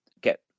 get